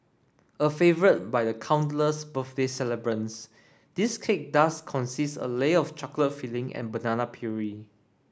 a favourite by countless birthday celebrants this cake does consist a layer of chocolate filling and banana puree